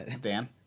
Dan